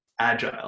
agile